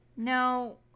No